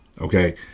okay